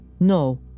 No